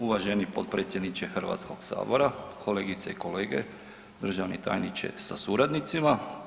Uvaženi potpredsjedniče Hrvatskog sabora, kolegice i kolege, državni tajniče sa suradnicima.